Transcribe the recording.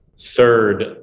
third